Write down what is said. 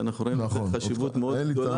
ואנחנו ראינו בזה חשיבות מאוד מאוד גדולה.